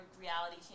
Reality